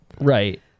Right